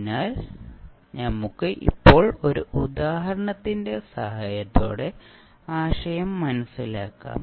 അതിനാൽ നമുക്ക് ഇപ്പോൾ ഒരു ഉദാഹരണത്തിന്റെ സഹായത്തോടെ ആശയം മനസിലാക്കാം